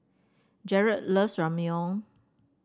Jarret loves Ramyeon